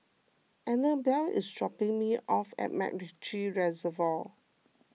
Anabel is dropping me off at MacRitchie Reservoir